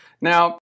Now